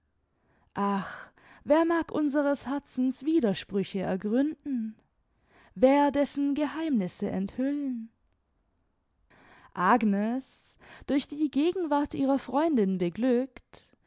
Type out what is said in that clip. wer mag unseres herzens widersprüche ergründen wer dessen geheimnisse enthüllen agnes durch die gegenwart ihrer freundin beglückt